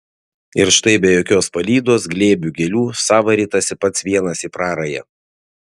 ir štai be jokios palydos glėbių gėlių sava ritasi pats vienas į prarają